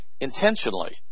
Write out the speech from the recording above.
intentionally